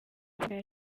asigaye